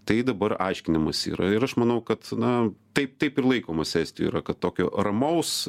tai dabar aiškinimas yra ir aš manau kad na tai taip ir laikomasi estijoj yra kad tokio ramaus